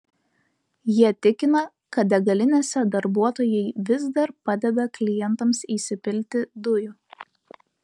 jie tikina kad degalinėse darbuotojai vis dar padeda klientams įsipilti dujų